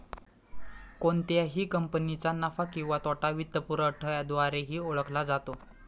कोणत्याही कंपनीचा नफा किंवा तोटा वित्तपुरवठ्याद्वारेही ओळखला जातो